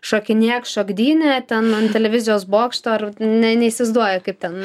šokinėk šokdynę ten ant televizijos bokšto ar ne neįsivaizduoju kaip ten